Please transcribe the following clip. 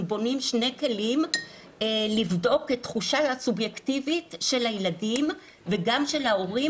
בונים שני כלים לבדוק את התחושה הסובייקטיבית של הילדים וגם של ההורים,